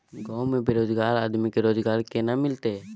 गांव में बेरोजगार आदमी के रोजगार केना मिलते?